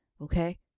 okay